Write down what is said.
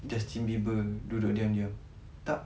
justin bieber duduk diam diam tak